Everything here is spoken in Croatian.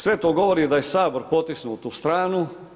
Sve to govori da je Sabor potisnut u stranu.